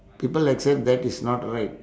people like say that is not right